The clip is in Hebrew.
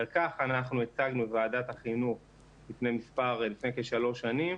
לכך אנחנו הצגנו בוועדת החינוך לפני כשלוש שנים.